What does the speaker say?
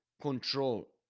control